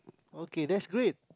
okay that's great